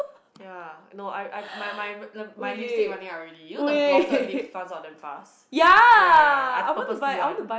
ya no I I my my my lipstick running out already you know the blotted lip runs out damn fast ya ya I purposely one